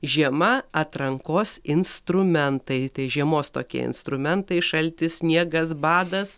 žiema atrankos instrumentai tai žiemos tokie instrumentai šaltis sniegas badas